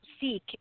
seek